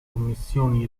commissioni